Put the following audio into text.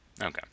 Okay